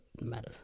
matters